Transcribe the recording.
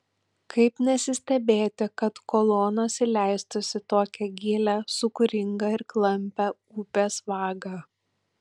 kaip nesistebėti kad kolonos įleistos į tokią gilią sūkuringą ir klampią upės vagą